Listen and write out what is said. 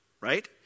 right